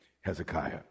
Hezekiah